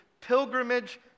pilgrimage